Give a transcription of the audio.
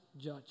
judge